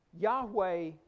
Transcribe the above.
Yahweh